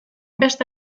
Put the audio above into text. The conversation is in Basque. beste